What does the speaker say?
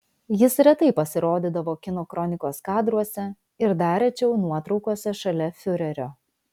jis retai pasirodydavo kino kronikos kadruose ir dar rečiau nuotraukose šalia fiurerio